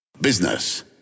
Business